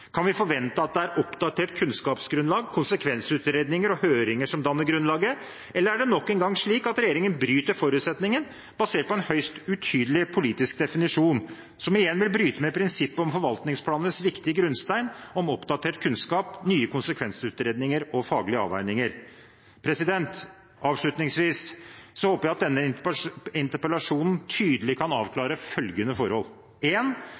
Kan vi forvente at det er oppdatert kunnskapsgrunnlag, konsekvensutredninger og høringer som danner grunnlaget? Eller er det nok en gang slik at regjeringen bryter forutsetningen, basert på en høyst utydelig politisk definisjon, som igjen vil bryte med prinsippet om forvaltningsplanenes viktige grunnstein om oppdatert kunnskap, nye konsekvensutredninger og faglige avveininger? Avslutningsvis håper jeg at denne interpellasjonen tydelig kan avklare følgende forhold.